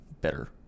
better